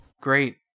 Great